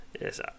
Yes